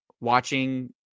watching